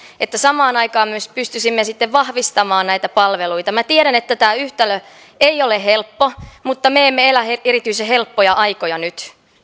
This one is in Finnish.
että pystyisimme sitten myös vahvistamaan näitä palveluita minä tiedän että tämä yhtälö ei ole helppo mutta me emme elä erityisen helppoja aikoja nyt